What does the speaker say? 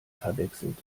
verwechselt